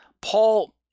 Paul